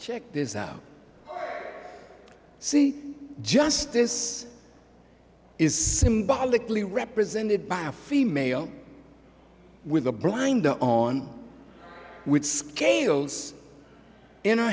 check this out see justice is symbolically represented by a female with a blind on with scales in